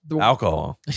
Alcohol